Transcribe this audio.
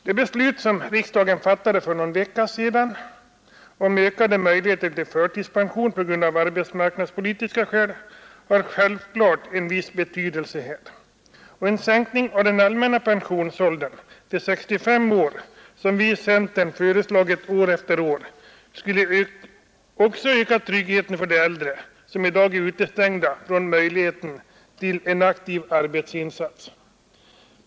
Det beslut riksdagen fattade för någon vecka sedan om ökade möjligheter till förtidspension av arbetsmarknadspolitiska skäl har självklart en viss betydelse här. En sänkning av den allmänna pensionsåldern till 65 år, som vi i centern föreslagit år efter år, skulle också öka tryggheten för de äldre som i dag är utestängda från möjligheten till en aktiv arbetsinsats.